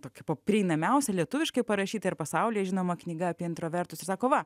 tokia pa prieinamiausia lietuviškai parašyta ir pasaulyje žinoma knyga apie introvertus ir sako va